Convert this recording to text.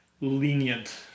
lenient